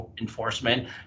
enforcement